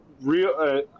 real –